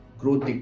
growth